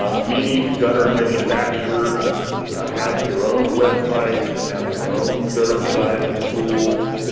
many gutter manufacturers ah have their own websites, and have their own gutter sizing tools.